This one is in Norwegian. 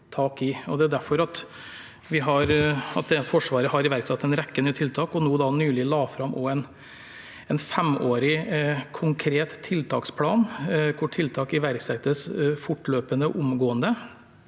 Det er derfor Forsvaret har iverksatt en rekke nye tiltak og nå nylig la fram en femårig konkret tiltaksplan hvor tiltak iverksettes fortløpende og omgående.